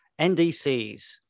NDCs